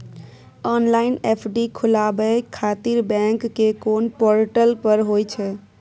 Online FD खोलाबय खातिर bank के कोन पोर्टल पर होए छै?